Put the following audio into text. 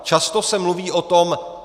Často se mluví o tom: